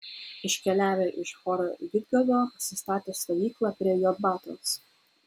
iškeliavę iš hor gidgado pasistatė stovyklą prie jotbatos